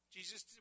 Jesus